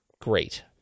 great